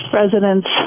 residents